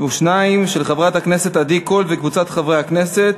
של חברת הכנסת עדי קול וקבוצת חברי הכנסת.